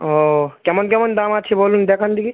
ও কেমন কেমন দাম আছে বলুন দেখান দেখি